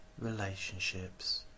relationships